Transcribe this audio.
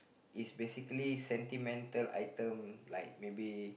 is basically sentimental item like maybe